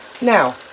Now